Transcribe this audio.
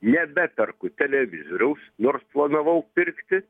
nebeperku televizoriaus nors planavau pirkti